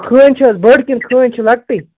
خٲنۍ چھِ حظ بٔڈ کِنہٕ خٲنۍ چھِ لَکٹٕے